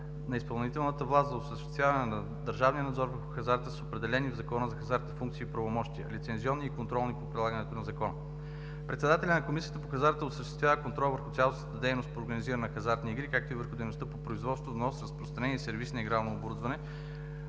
на изпълнителната власт, за осъществяване на държавния надзор върху хазарта с определени в Закона за хазарта функции и правомощия – лицензионни и контролни по прилагането на Закона. Председателят на Държавната комисия по хазарта осъществява контрол върху цялостната дейност по организиране на хазартните игри, както и върху дейностите по производство, внос, разпространение и сервиз на игрално оборудване.